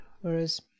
Whereas